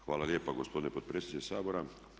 Hvala lijepa gospodine potpredsjedniče Sabora.